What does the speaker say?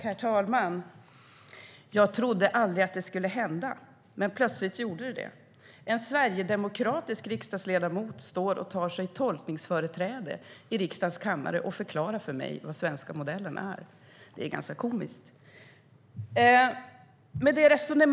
Herr talman! Jag trodde aldrig att det skulle hända. Men plötsligt gjorde det det. En sverigedemokratisk riksdagsledamot står och tar sig tolkningsföreträde i riksdagens kammare och förklarar för mig vad den svenska modellen är. Det är ganska komiskt.